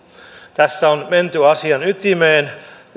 tässä on menty asian ytimeen